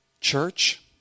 Church